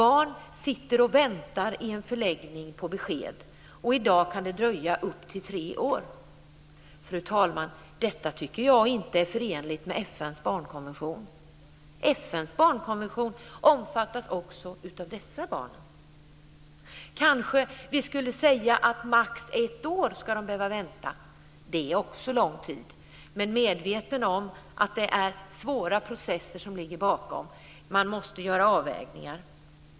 Barn sitter och väntar i en förläggning på besked, och i dag kan det dröja upp till tre år. Fru talman! Jag tycker inte att detta är förenligt med FN:s barnkonvention. FN:s barnkonvention omfattar också dessa barn. Vi kanske skulle säga att de ska behöva vänta max ett år. Det är också lång tid, men jag är medveten om att det är svåra processer som ligger bakom. Man måste göra avvägningar.